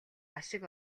ашиг